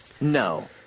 no